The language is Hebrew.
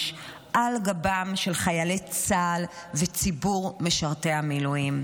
על גבם של חיילי צה"ל וציבור משרתי המילואים.